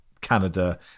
Canada